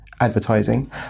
advertising